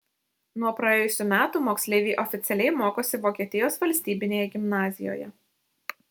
nuo praėjusių metų moksleiviai oficialiai mokosi vokietijos valstybinėje gimnazijoje